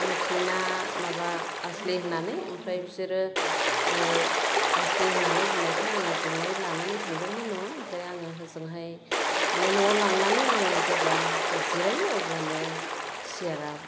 नख्लि ना माबा आस्लि होननानै ओमफ्राय बिसोरो आस्लि होननानै बुंनायखाय आङो गंनै लानानै थांदोंमोन न'आव ओमफ्राय आङो हजोंहाय माने न'आव लांनानै आङो जेब्ला जिरायो अब्लानो चियारा